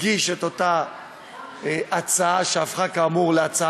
הגיש את אותה הצעה, שהפכה להצעה